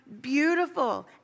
beautiful